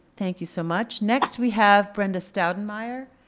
thank you so much. next, we have brenda staudenmaier.